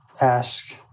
ask